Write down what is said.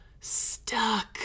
stuck